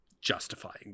justifying